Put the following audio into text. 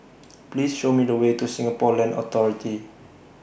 Please Show Me The Way to Singapore Land Authority